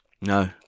No